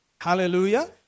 Hallelujah